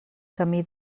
camí